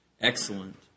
excellent